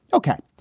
ok.